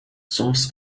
soms